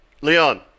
Leon